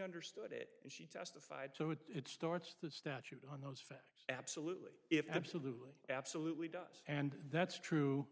understood it and she testified to it it starts the statute on the fact absolutely if absolutely absolutely does and that's true